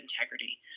integrity